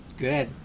Good